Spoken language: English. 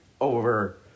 over